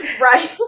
Right